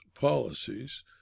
policies